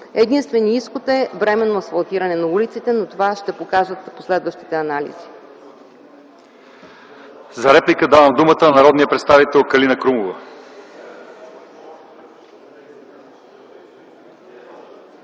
Единственият изход е временно асфалтиране на улиците, но това ще покажат последващите анализи.